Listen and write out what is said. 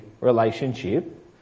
relationship